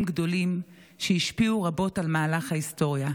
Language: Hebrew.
גדולים שהשפיעו רבות על מהלך ההיסטוריה.